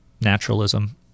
naturalism